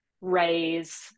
raise